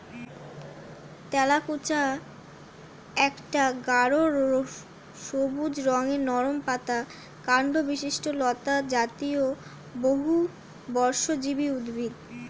তেলাকুচা একটা গাঢ় সবুজ রঙের নরম পাতা ও কাণ্ডবিশিষ্ট লতাজাতীয় বহুবর্ষজীবী উদ্ভিদ